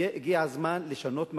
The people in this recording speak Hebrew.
הגיע הזמן לשנות מגמה,